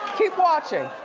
keep watching.